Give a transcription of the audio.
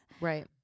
Right